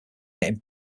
getting